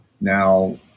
Now